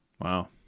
Wow